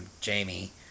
Jamie